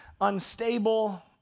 unstable